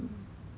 so